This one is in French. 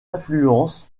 influence